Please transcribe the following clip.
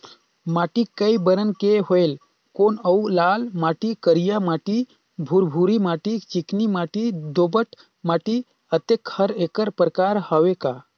माटी कये बरन के होयल कौन अउ लाल माटी, करिया माटी, भुरभुरी माटी, चिकनी माटी, दोमट माटी, अतेक हर एकर प्रकार हवे का?